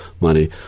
money